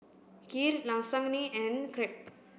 Kheer Lasagne and Crepe